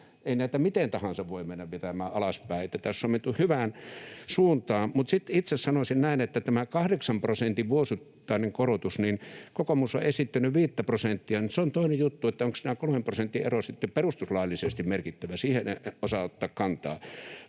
Ei näitä miten tahansa voi mennä vetämään alaspäin. Tässä on menty hyvään suuntaan. Sitten itse sanoisin tästä 8 prosentin vuosittaisesta korotuksesta: Kokoomus on esittänyt 5:tä prosenttia. Se on toinen juttu, onko tämä 3 prosentin ero sitten perustuslaillisesti merkittävä, siihen en osaa ottaa kantaa.